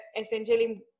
essentially